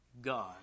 God